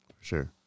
sure